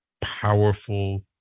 powerful